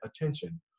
attention